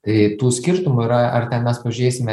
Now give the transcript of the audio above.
tai tų skirtumų yra ar ten mes pažiūrėsime